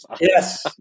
Yes